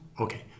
okay